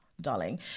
darling